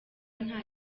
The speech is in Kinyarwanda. nta